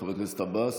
חבר הכנסת עבאס?